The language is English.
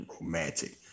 romantic